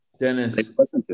Dennis